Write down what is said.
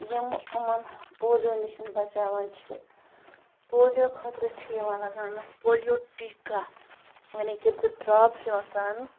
یِم یِمَن پولیو نِش بچاوان چھِ پولیو خٲطرٕ چھِ یِوان لگاونہٕ پولیو ٹیٖکا یعنی کہِ زٕ ڈرٛاپ چھِ یِوان ترٛاونہٕ